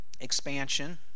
expansion